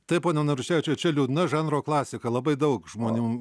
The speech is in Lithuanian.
taip pone naruševičiau čia liūdna žanro klasika labai daug žmonių